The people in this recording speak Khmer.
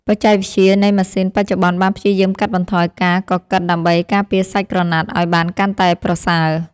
បច្ចេកវិទ្យានៃម៉ាស៊ីនបច្ចុប្បន្នបានព្យាយាមកាត់បន្ថយការកកិតដើម្បីការពារសាច់ក្រណាត់ឱ្យបានកាន់តែប្រសើរ។